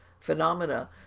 phenomena